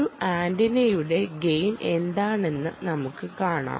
ഒരു ആന്റിനയുടെ ഗെയിൻ എന്താണെന്ന് നമുക്ക് കാണാം